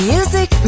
Music